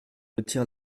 retire